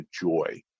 joy